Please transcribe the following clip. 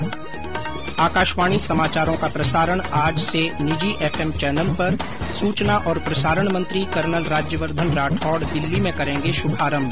्र आकाशवाणी समाचारों का प्रसारण आज से निजी एफएम चैनल पर सूचना और प्रसारण मंत्री कर्नल राज्यवर्द्वन राठौड़ दिल्ली में करेंगे शुभारम्भ